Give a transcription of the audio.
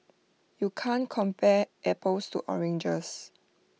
you can't compare apples to oranges